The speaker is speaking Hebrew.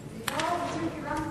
אני לא בדיוק הבנתי.